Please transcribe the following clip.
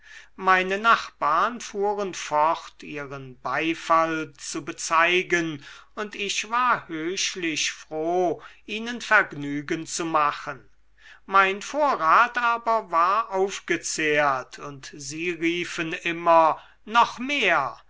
meine nachbarn fuhren fort ihren beifall zu bezeigen und ich war höchlich froh ihnen vergnügen zu machen mein vorrat aber war aufgezehrt und sie riefen immer noch mehr